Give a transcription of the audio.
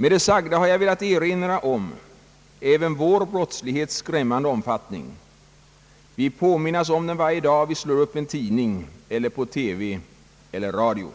Med det sagda har jag velat erinra om även vår brottslighets skrämmande omfattning — vi påminns om den varje dag vi slår upp en tidning eller lyssnar på TV eller radio